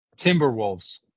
Timberwolves